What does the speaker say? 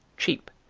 cheap,